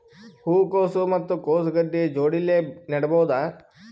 ಹೂ ಕೊಸು ಮತ್ ಕೊಸ ಗಡ್ಡಿ ಜೋಡಿಲ್ಲೆ ನೇಡಬಹ್ದ?